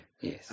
Yes